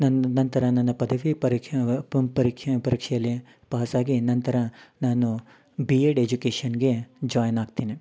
ನಾನು ನಂತರ ನನ್ನ ಪದವಿ ಪರೀಕ್ಷೆ ಪರೀಕ್ಷೆ ಪರೀಕ್ಷೆಯಲ್ಲಿ ಪಾಸಾಗಿ ನಂತರ ನಾನು ಬಿ ಎಡ್ ಎಜುಕೇಶನ್ಗೆ ಜಾಯ್ನ್ ಆಗ್ತೀನಿ